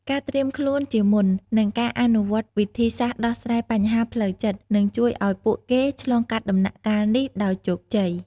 ការត្រៀមខ្លួនជាមុន និងការអនុវត្តវិធីសាស្រ្តដោះស្រាយបញ្ហាផ្លូវចិត្ត នឹងជួយឲ្យពួកគេឆ្លងកាត់ដំណាក់កាលនេះដោយជោគជ័យ។